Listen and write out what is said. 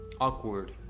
Awkward